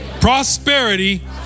prosperity